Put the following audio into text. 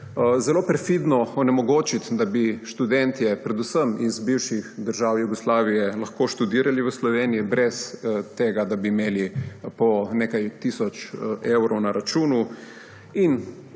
zelo perfidno onemogočiti, da bi študentje, predvsem iz bivših držav Jugoslavije, lahko študirali v Sloveniji brez tega, da bi imeli po nekaj tisoč evrov na računu,